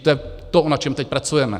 To je to, na čem teď pracujeme.